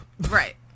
right